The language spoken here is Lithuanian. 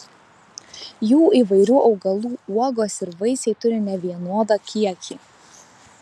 jų įvairių augalų uogos ir vaisiai turi nevienodą kiekį